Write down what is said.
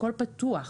הכול פתוח.